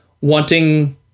wanting